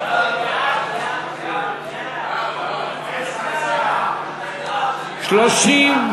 ההצעה לכלול את הנושא בסדר-היום של הכנסת נתקבלה.